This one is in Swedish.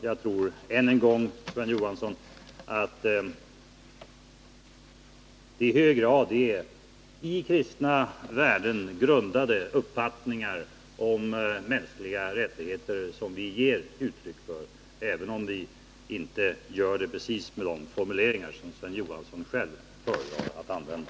Jag vill än en gång, Sven Johansson, säga att det i hög grad är på kristna värden grundade uppfattningar om mänskliga rättigheter som vi ger uttryck för, även om vi inte gör det precis med de formuleringar som Sven Johansson själv föredrar att använda.